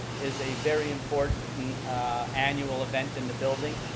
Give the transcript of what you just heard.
it's a very important annual event in the building.